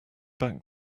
back